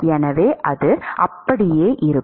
எனவே அது அப்படியே இருக்கும்